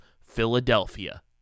Philadelphia